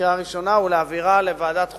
בקריאה ראשונה ולהעבירה לוועדת החוקה,